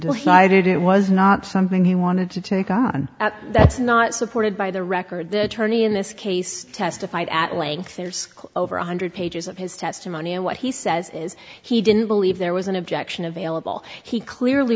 hide it it was not something he wanted to take on that's not supported by the record the attorney in this case testified at length there's over one hundred pages of his testimony and what he says is he didn't believe there was an objection available he clearly